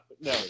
No